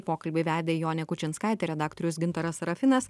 pokalbį vedė jonė kučinskaitė redaktorius gintaras sarafinas